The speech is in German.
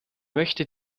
möchte